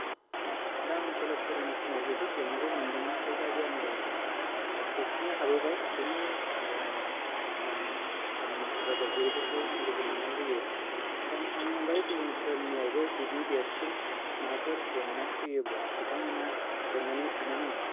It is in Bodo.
दा आं कलेज फरायनाय समाव बेफोर जेंनाखौ मोनदोंमोन थेवब्लाबो आङो सौसिनो हाबोबाय बिनि थाखाय आं आंनि हेफाजाबगिरिफोरखौ गोजोननाय होयो दा आंनि अनगायै गुबुनफोरनिआवबो बिदि देरसिन माबाफोर जेंना फैयोब्ला बिथांमोनहा जेननानै थानो नाङा